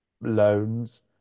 loans